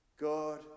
God